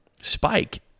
Spike